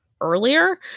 earlier